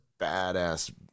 badass